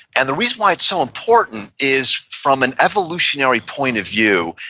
and the reason why it's so important is, from an evolutionary point of view,